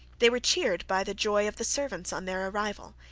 they were cheered by the joy of the servants on their arrival,